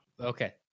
okay